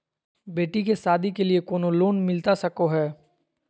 बेटी के सादी के लिए कोनो लोन मिलता सको है?